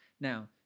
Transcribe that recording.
now